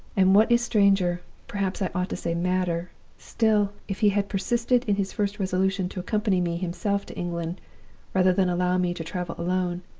and what is stranger perhaps i ought to say madder still, if he had persisted in his first resolution to accompany me himself to england rather than allow me to travel alone,